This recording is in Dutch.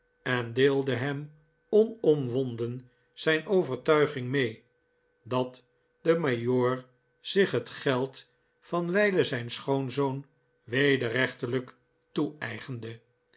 en deelde hem onomwonden zijn overtuiging mee dat de majoor zich het geld van wijlen zijn schoonzoon wederrechtelijk toeeigende